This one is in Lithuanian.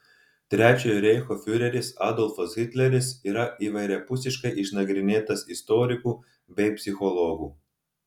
trečiojo reicho fiureris adolfas hitleris yra įvairiapusiškai išnagrinėtas istorikų bei psichologų